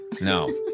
No